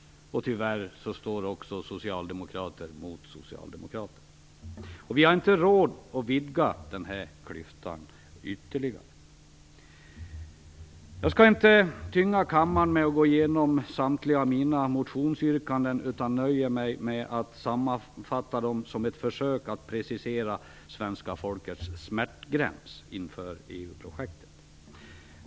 Tyvärr står också socialdemokrater mot socialdemokrater. Vi har inte råd att vidga dessa klyftor ytterligare. Jag skall inte tynga kammaren med att gå igenom samtliga mina motionsyrkanden, utan jag nöjer mig med att sammanfatta dem som ett försök att precisera svenska folkets smärtgräns inför EU-projektet.